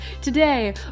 Today